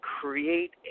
create